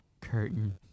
curtain